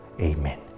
Amen